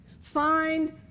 Find